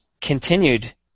continued